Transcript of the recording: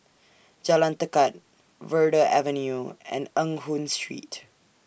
Jalan Tekad Verde Avenue and Eng Hoon Street